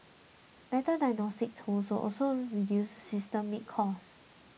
better diagnostics tools will also reduce systemic cost